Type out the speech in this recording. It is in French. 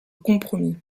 compromis